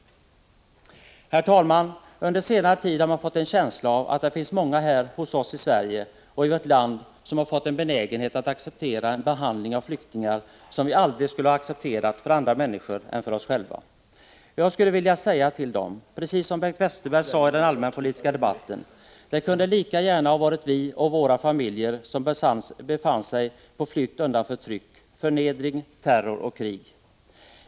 Herr talman! Under senare tid har man fått en känsla av att det hos många här i Sverige finns en benägenhet att acceptera en behandling av flyktingar som vi aldrig skulle ha accepterat för andra människor eller för oss själva. Jag skulle vilja säga till dem, precis som Bengt Westerberg sade i den allmänpolitiska debatten: ”Det kunde lika gärna ha varit vi och våra familjer som befann oss på flykt undan förtryck, förnedring, terror och krig.